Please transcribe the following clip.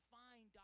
find